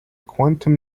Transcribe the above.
quantum